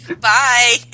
Bye